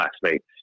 classmates